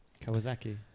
Kawasaki